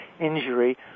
injury